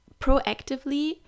proactively